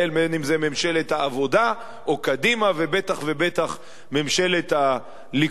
אם ממשלת העבודה או קדימה ובטח ובטח ממשלת הליכוד.